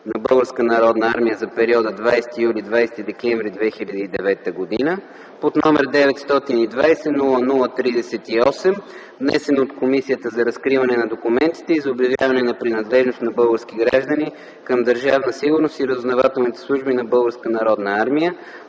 армия за периода 20 юли – 20 декември 2009 г., № 920-00-38, внесен от Комисията за разкриване на документите и за обявяване на принадлежност на български граждани към Държавна сигурност и разузнавателните служби на